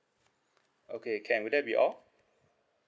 okay can would that be all